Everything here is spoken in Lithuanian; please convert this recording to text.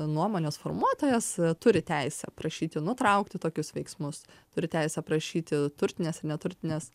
nuomonės formuotojas turi teisę prašyti nutraukti tokius veiksmus turi teisę prašyti turtinės ir neturtinės